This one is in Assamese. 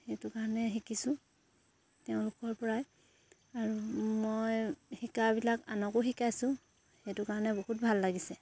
সেইটো কাৰণে শিকিছোঁ তেওঁলোকৰপৰাই আৰু মই শিকাবিলাক আনকো শিকাইছোঁ সেইটো কাৰণে বহুত ভাল লাগিছে